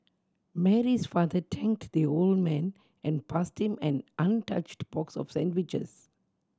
Mary's father thanked the old man and passed him an untouched box of sandwiches